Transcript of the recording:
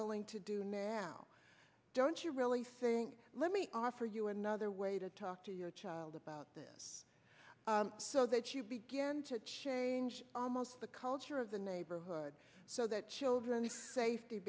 willing to do now don't you really think let me offer you another way to talk to your child about this so that you begin to change almost the culture of the neighborhood so that children safety